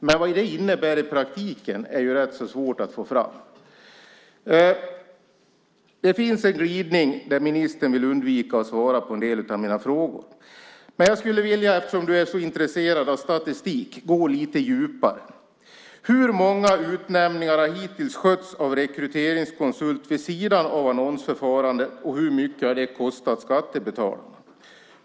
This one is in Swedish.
Men vad det innebär i praktiken är rätt så svårt att få fram. Det finns en glidning där ministern vill undvika att svara på en del av mina frågor. Eftersom ministern är så intresserad av statistik skulle jag vilja gå lite djupare. Hur många utnämningar har hittills skötts av rekryteringskonsult vid sidan av annonsförfarandet, och hur mycket har det kostat skattebetalarna?